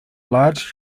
large